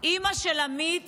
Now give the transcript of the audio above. אימא של עמית